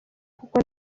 kuko